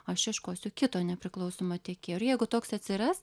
aš ieškosiu kito nepriklausomo tiekėjo ir jeigu toks atsiras